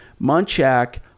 Munchak